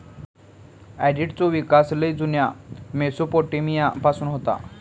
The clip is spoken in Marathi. ऑडिटचो विकास लय जुन्या मेसोपोटेमिया पासून होता